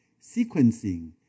sequencing